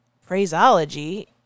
phraseology